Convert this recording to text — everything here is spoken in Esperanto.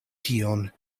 tion